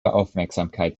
aufmerksamkeit